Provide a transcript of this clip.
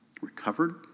recovered